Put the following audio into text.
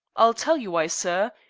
i'll tell you why, sir.